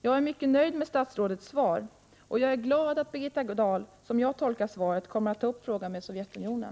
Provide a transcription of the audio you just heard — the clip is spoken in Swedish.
Jag är mycket nöjd med statsrådets svar, och jag är glad att Birgitta Dahl, såsom jag tolkar svaret, kommer att ta upp frågan med Sovjetunionen.